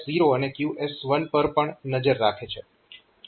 અને તે આ QS0 થી QS1 પર પણ નજર રાખે છે